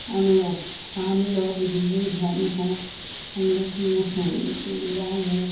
हमलोग हाँ हमलोग हिन्दू धर्म हैं हमलोग में रीति रिवाज़ है